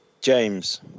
James